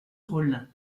rollin